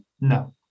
no